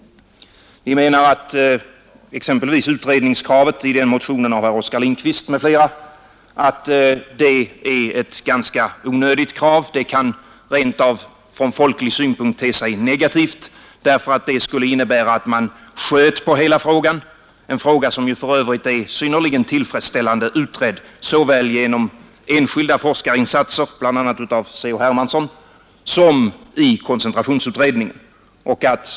Vi menar exempelvis att utredningskravet i motionen av Oskar Lindkvist m.fl. är ganska onödigt. Det kan rent av från folklig synpunkt te sig negativt, därför att det skulle innebära att man sköt på hela frågan — en fråga som för övrigt är synnerligen tillfredsställande utredd såväl genom enskilda forskarinsatser, bl.a. av C.-H. Hermansson, som i koncentrationsutredningen.